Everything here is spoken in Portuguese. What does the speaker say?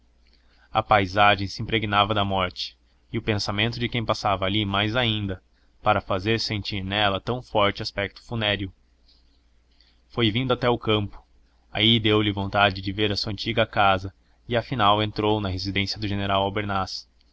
a paisagem se impregnara da morte e o pensamento de quem passava ali mais ainda para fazer sentir nela tão forte aspecto funéreo foi vindo até ao campo aí deu-lhe vontade de ver a sua antiga casa e afinal entrou na residência do general